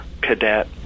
cadet